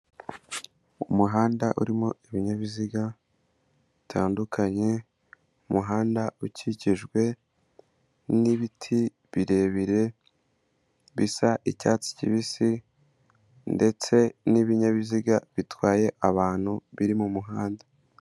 Umuhanda urimo ibinyabiziga bitandukanye, umuhanda ukikijwe n'ibiti birebire bisa icyatsi kibisi, ndetse n'ibinyabiziga bitwaye abantu biri mu muhanda.